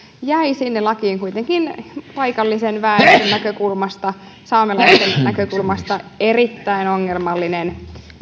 jäi sinne lakiin kuitenkin paikallisen väen näkökulmasta saamelaisten näkökulmasta erittäin ongelmallinen